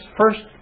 first